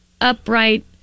upright